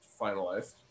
finalized